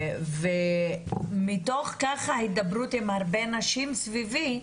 מתוך הידברות עם הרבה נשים סביבי,